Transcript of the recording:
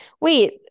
Wait